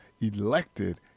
elected